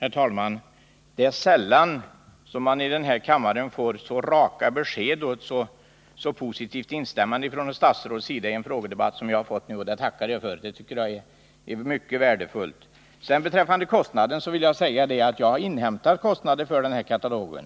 Herr talman! Det är sällan som man i den här kammaren får så raka besked och ett så klart instämmande från ett statsråds sida i en frågedebatt som jag har fått nu. Jag tackar för att statsrådet har svarat på detta sätt — det tycker jag är mycket värdefullt. Beträffande kostnaden för den här broschyren har jag inhämtat upplysningar.